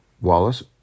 Wallace